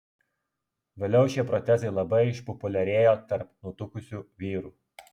vėliau šie protezai labai išpopuliarėjo tarp nutukusių vyrų